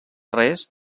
res